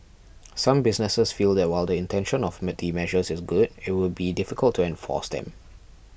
some businesses feel that while the intention of the measures is good it would be difficult to enforce them